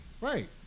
Right